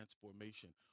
transformation